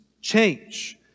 change